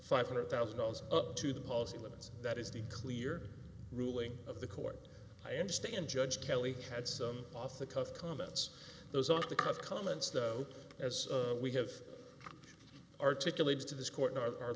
five hundred thousand dollars to the policy limits that is the clear ruling of the court i understand judge kelly had some off the cuff comments those off the cuff comments though as we have articulated to this court in our